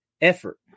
effort